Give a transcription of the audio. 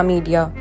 Media